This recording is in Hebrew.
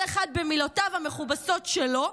כל אחד במילותיו המכובסות שלו.